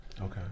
Okay